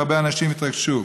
והרבה אנשים התרגשו: